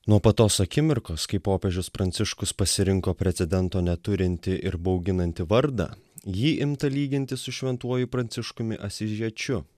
nuo pat tos akimirkos kai popiežius pranciškus pasirinko precedento neturintį ir bauginantį vardą jį imta lyginti su šventuoju pranciškumi atsižiečiu